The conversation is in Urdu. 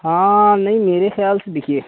ہاں نہیں میرے خیال سے دیکھیے